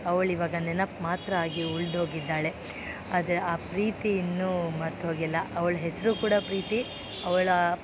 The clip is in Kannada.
ಅವ್ಳು ಇವಾಗ ನೆನಪು ಮಾತ್ರ ಆಗಿ ಉಳಿದೋಗಿದ್ದಾಳೆ ಆದರೆ ಆ ಪ್ರೀತಿ ಇನ್ನೂ ಮರ್ತುಹೋಗಿಲ್ಲ ಅವ್ಳ ಹೆಸರು ಕೂಡ ಪ್ರೀತಿ ಅವಳ